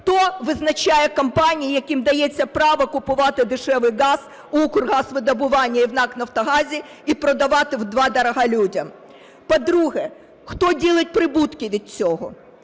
хто визначає компанії, яким дається право купувати дешевий газ в "Укргазвидобуванні" і в НАК "Нафтогазі" і продавати в два дорога людям? По-друге, хто ділить прибутки від цього?